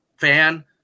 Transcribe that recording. fan